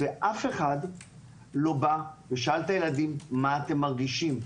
ואף אחד לא בא ושאל את הילדים: מה אתם מרגישים?